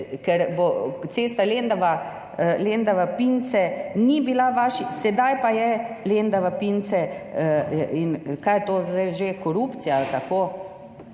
ker cesta Lendava-Pince ni bila vaša, sedaj pa je Lendava-Pince in kaj je to zdaj že korupcija ali kako?